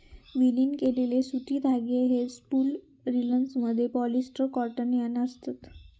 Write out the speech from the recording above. विलीन केलेले सुती धागे हे स्पूल रिल्समधले पॉलिस्टर कॉटन यार्न असत